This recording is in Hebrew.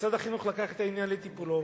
משרד החינוך לקח את העניין לטיפולו,